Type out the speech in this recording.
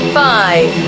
five